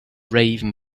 raven